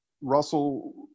Russell